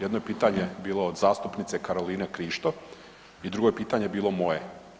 Jedno je pitanje bilo od zastupnice Karoline Krišto i drugo je pitanje bilo moje.